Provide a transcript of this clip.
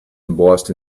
embossed